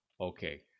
Okay